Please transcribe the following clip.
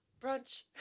Brunch